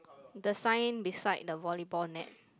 the sign beside the volleyball net